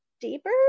deeper